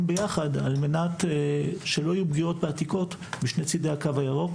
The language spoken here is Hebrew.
ביחד על מנת שלא יהיו פגיעות בעתיקות משני צדי הקו הירוק,